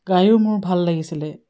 গায়ো মোৰ ভাল লাগিছিলে